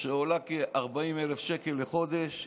שעולה כ-40,000 שקל לחודש,